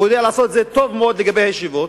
יודע לעשות את זה טוב מאוד לגבי הישיבות,